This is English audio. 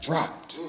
Dropped